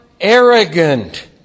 arrogant